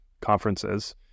conferences